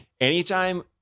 anytime